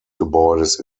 gebäudes